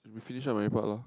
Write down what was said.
you finish all my part lor